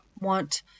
want